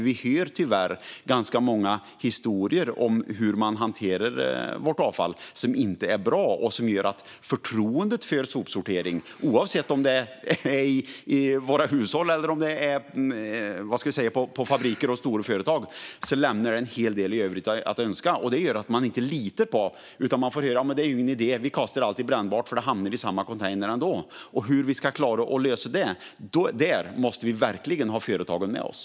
Vi hör tyvärr många historier om att vårt avfall hanteras på ett sätt som inte är bra och som gör att förtroendet för sopsortering, oavsett om det gäller hushållsavfall eller avfall från fabriker och storföretag, lämnar en del övrigt att önska. I stället får vi höra att det inte är någon idé utan att man kastar allt i brännbart eftersom allt hamnar i samma container. För att klara detta måste vi verkligen ha företagen med oss.